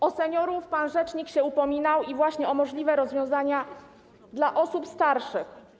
O seniorów pan rzecznik się upominał i właśnie o możliwe rozwiązania dla osób starszych.